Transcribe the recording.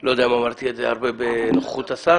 לא יודע אם אמרתי את זה הרבה בנוכחות השר,